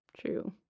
True